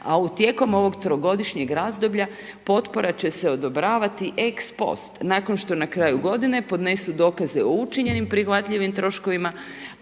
a u tijekom ovog trogodišnjeg razvoja, potpora će se odobravati ex post. Nakon što na kraju godine, podnesu dokaze o činjenicama prihvatljivim troškovima